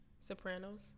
sopranos